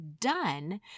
done